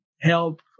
help